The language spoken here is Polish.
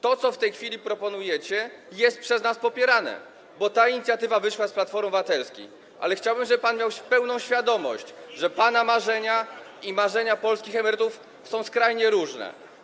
To, co w tej chwili proponujecie, jest przez nas popierane, bo ta inicjatywa wyszła z Platformy Obywatelskiej, ale chciałbym, żeby pan miał pełną świadomość, że pana marzenia i marzenia polskich emerytów są skrajnie różne.